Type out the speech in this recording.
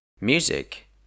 Music